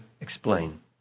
explain